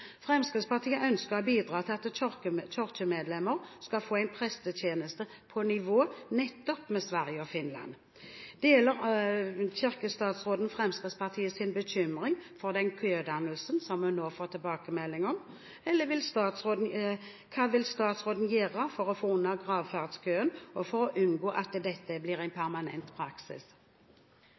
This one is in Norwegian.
Fremskrittspartiet ønsker å bidra til at kirkemedlemmer skal få en prestetjeneste på nivå med nettopp Sverige og Finland. Deler kirkestatsråden Fremskrittspartiets bekymring for den kødannelsen vi nå får tilbakemelding om? Hva vil statsråden gjøre for å få unna gravferdskøen og unngå at dette blir en permanent praksis?